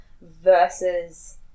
versus